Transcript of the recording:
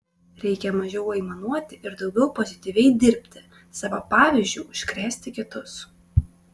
reikia mažiau aimanuoti ir daugiau pozityviai dirbti savo pavyzdžiu užkrėsti kitus